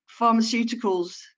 pharmaceuticals